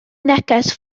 neges